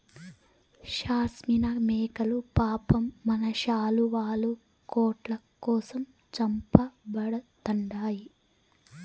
షాస్మినా మేకలు పాపం మన శాలువాలు, కోట్ల కోసం చంపబడతండాయి